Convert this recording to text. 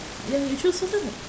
ya you choose first lah